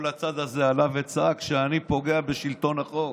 כל הצד הזה עלה וצעק שאני פוגע בשלטון החוק.